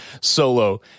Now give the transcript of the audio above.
solo